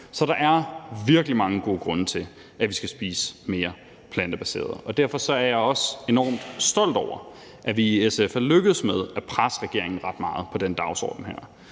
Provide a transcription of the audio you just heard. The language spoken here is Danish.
Så der er virkelig mange gode grunde til, at vi skal spise mere plantebaseret. Derfor er jeg også enormt stolt over, at vi i SF er lykkedes med at presse regeringen ret meget på den her dagsorden.